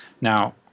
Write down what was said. Now